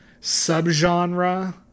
subgenre